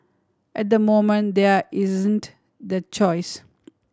at the moment there isn't the choice